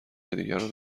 دیگران